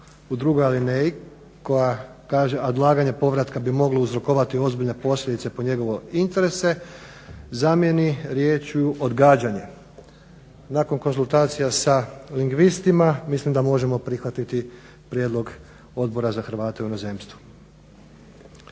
u drugoj alineji koja kaže odlaganje povratka bi moglo uzrokovati ozbiljne posljedice po njegove interese, zamjeni riječju odgađanje. Nakon konzultacija sa lingvistima mislim da možemo prihvatiti prijedlog Odbora za Hrvate u inozemstvu.